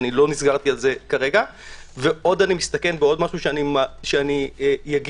אסתכן בעוד משהו שאומר